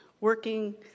working